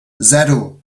zero